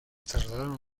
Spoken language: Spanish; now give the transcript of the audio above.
trasladaron